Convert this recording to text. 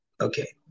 okay